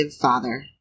father